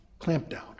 clampdown